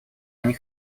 они